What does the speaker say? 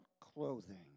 clothing